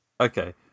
okay